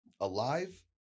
alive